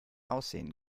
aussehen